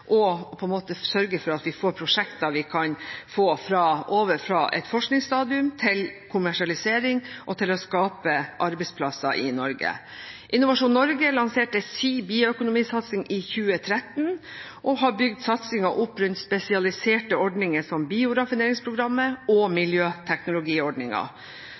sørge for at vi får prosjekter over fra et forskningsstadium til kommersialisering og til å skape arbeidsplasser i Norge. Innovasjon Norge lanserte sin bioøkonomisatsing i 2013 og har bygd satsingen opp rundt spesialiserte ordninger som Bioraffineringsprogrammet og